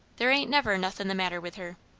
there ain't never nothin' the matter with her.